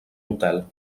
hotel